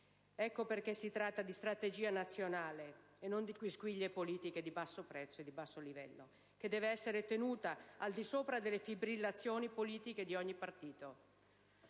Ecco perché si tratta di strategia nazionale - e non di quisquilie politiche di basso livello - che deve essere tenuta al di sopra delle fibrillazioni delle politiche di ogni partito